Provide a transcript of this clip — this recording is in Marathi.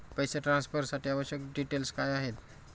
पैसे ट्रान्सफरसाठी आवश्यक डिटेल्स काय आहेत?